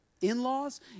in-laws